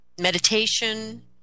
Meditation